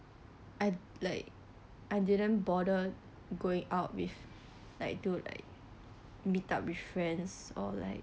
I like I didn't bother going out with like do like meet up with friends or like